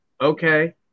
Okay